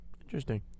Interesting